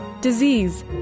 Disease